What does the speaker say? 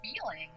feeling